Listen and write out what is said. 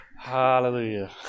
Hallelujah